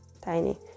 tiny